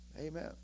Amen